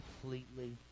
completely